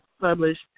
published